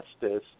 justice